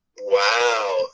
wow